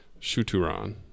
Shuturan